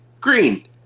Green